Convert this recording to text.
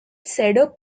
cedar